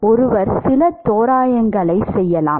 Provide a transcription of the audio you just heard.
ஒருவர் சில தோராயங்களைச் செய்யலாம்